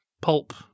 pulp